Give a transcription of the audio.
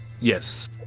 Yes